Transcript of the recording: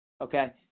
okay